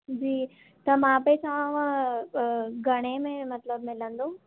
जी त मां पई चवांव अ घणे में मतलबु मिलंदो